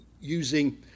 using